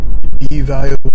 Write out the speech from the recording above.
devalue